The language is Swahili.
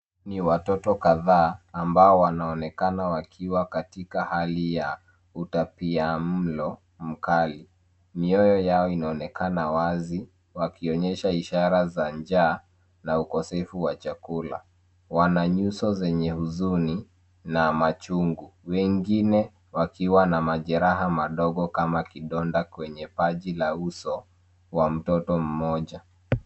Ni watoto kadhaa ambao wanaonekana wakiwa katika hali ya utapiamlo mkali. Mioyo yao inaonekana wazi wakionyesha ishara za njaa na ukosefu wa chakula. Wana nyuso zenye huzuni na machungu. Wengine wakiwa na majeraha madogo kama kidonda kwenye paji la uso wa mtoto mmoja.